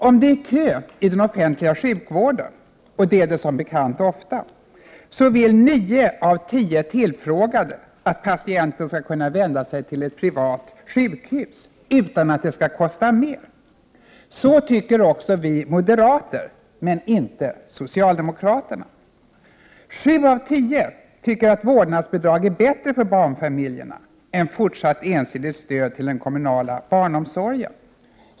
Om det är kö i den offentliga sjukvården — och det är det som bekant ofta — så vill nio av tio tillfrågade att patienten skall kunna vända sig till ett privat sjukhus utan att det skall kosta mer. Så tycker också vi moderater, men inte socialdemokraterna. Sju av tio tycker att vårdnadsbidrag är bättre för barnfamiljerna än fortsatt ensidigt stöd till den kommunala barnomsorgen.